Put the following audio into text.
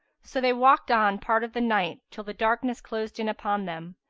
so they walked on part of the night, till the darkness closed in upon them,